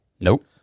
Nope